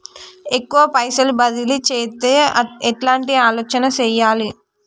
ఎక్కువ పైసలు బదిలీ చేత్తే ఎట్లాంటి ఆలోచన సేయాలి?